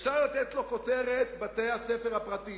אפשר לתת לו את הכותרת "בתי-הספר הפרטיים",